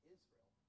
Israel